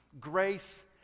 grace